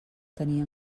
tenir